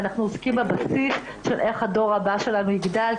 ואנחנו עוסקים בבסיס של איך הדור הבא שלנו יגדל,